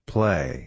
Play